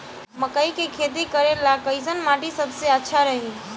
मकई के खेती करेला कैसन माटी सबसे अच्छा रही?